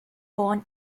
born